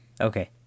Okay